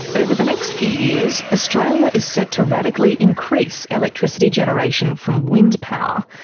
over the next few years, australia is set to radically increase electricity generation from wind power.